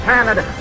Canada